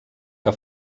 que